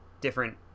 different